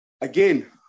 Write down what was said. Again